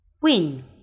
Win